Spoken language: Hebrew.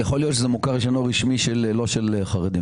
יכול להיות שזה מוכר שאינו רשמי לא של חרדים.